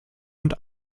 und